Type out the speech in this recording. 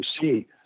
see